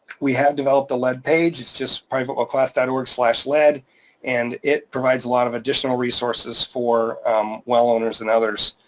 we have developed a lead page, it's just privatewellclass dot org slash lead and it provides a lot of additional resources for well owners and others.